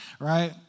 right